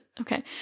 Okay